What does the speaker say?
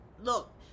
look